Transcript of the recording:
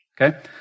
Okay